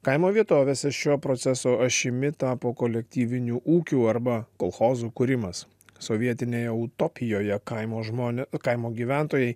kaimo vietovėse šio proceso ašimi tapo kolektyvinių ūkių arba kolchozų kūrimas sovietinėje utopijoje kaimo žmonė kaimo gyventojai